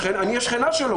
אני השכנה שלו,